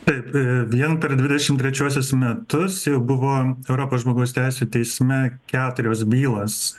taip tai vien per dvidešimt trečiuosius metus jau buvo europos žmogaus teisių teisme keturios bylos